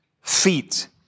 feet